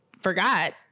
forgot